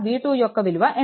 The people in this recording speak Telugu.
V2 యొక్క విలువ ఎంత